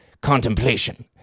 contemplation